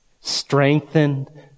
strengthened